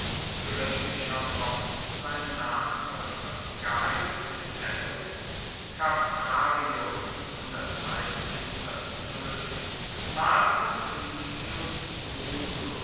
glücklicher fochten seine nachfolger gaius metellus ca marcus livius drusus